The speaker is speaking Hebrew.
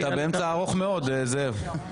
אתה באמצע ארוך מאוד, זאב.